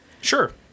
Sure